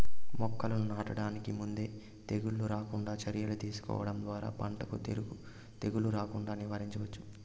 మొక్కలను నాటడానికి ముందే తెగుళ్ళు రాకుండా చర్యలు తీసుకోవడం ద్వారా పంటకు తెగులు రాకుండా నివారించవచ్చు